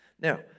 Now